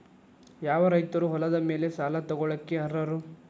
ಯಾವ ರೈತರು ಹೊಲದ ಮೇಲೆ ಸಾಲ ತಗೊಳ್ಳೋಕೆ ಅರ್ಹರು?